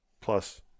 plus